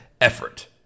effort